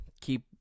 keep